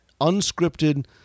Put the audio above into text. unscripted